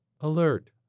Alert